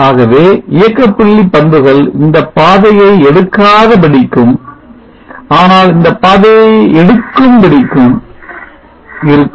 ஆகவே இயக்கப் புள்ளி பண்புகள் இந்த பாதையை எடுக்காத படியும் ஆனால் இந்தப் பாதையை எடுக்கும் படியும் இருக்கும்